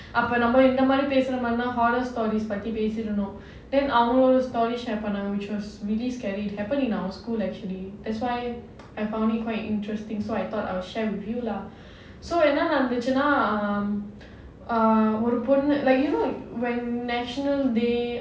அப்போ நம்மள இந்த மாதிரி பேச வந்த:appo nammala indha maathiri pesa vandha horror stories பத்தி பேசிட்டு இருந்தோம்:pathi pesittu irudhom then அவங்களோட:avangaloda stories share பண்ணிட்டு இருந்தாங்க:pannitu irundhaanga which was really scary it happened in our school actually that's why I found it quite interesting so I thought I'll share with you lah so என்னா நடந்துச்சுனா ஒரு பொண்ணு:enna nadanduchuna oru ponnu like you know when national day